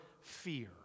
fear